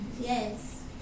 Yes